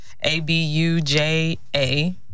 A-B-U-J-A